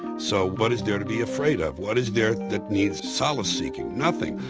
so what is there to be afraid of? what is there that needs solace seeking? nothing.